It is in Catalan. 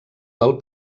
del